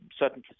certain